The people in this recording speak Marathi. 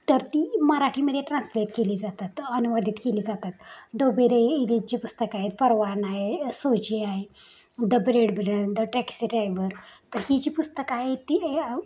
तर ती मराठीमध्ये ट्रान्सलेट केली जातात अनुवादित केली जातात डोबेरे इलेत जे पुस्तक आहेत परवान आहे सोजी आहे the breadwinner the taxi driver तर ही जी पुस्तकं आहे ती